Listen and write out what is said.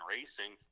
Racing